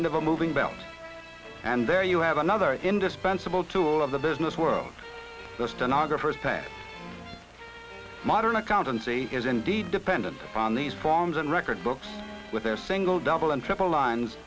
end of a moving belt and there you have another indispensable tool of the business world the stenographers type modern accountancy is indeed dependent upon these forms and record books with their single double and triple lines